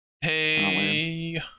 Hey